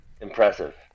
Impressive